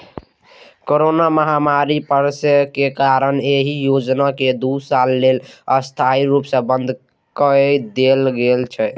corona महामारी पसरै के कारण एहि योजना कें दू साल लेल अस्थायी रूप सं बंद कए देल गेल छै